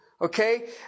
Okay